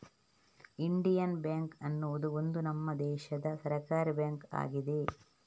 Indian bank ಅನ್ನುದು ಒಂದು ನಮ್ಮ ದೇಶದ ಸರ್ಕಾರೀ ಬ್ಯಾಂಕು ಆಗಿದೆ